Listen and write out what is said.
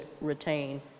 retain